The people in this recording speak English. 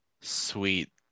sweet